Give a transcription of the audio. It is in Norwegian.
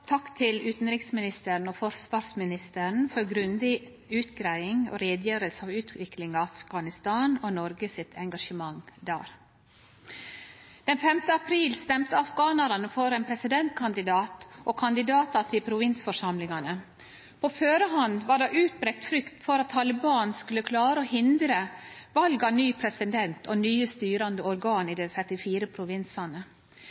Takk til utanriksministeren og forsvarsministeren for grundig utgreiing og forklaring av utviklinga i Afghanistan og Noreg sitt engasjement der. Den 5. april stemte afghanarane for ein presidentkandidat og kandidatar til provinsforsamlingane. På førehand var det utbreidd frykt for at Taliban skulle klare å hindre val av ny president og nye styrande organ i